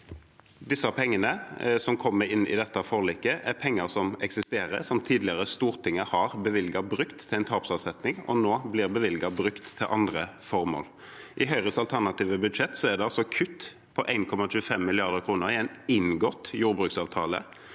De pengene som kommer inn i dette forliket, er penger som eksisterer, som Stortinget tidligere har bevilget brukt til en tapsavsetning, og som nå blir bevilget brukt til andre formål. I Høyres alternative budsjett er det altså kutt på 1,25 mrd. kr i en inngått jordbruksavtale.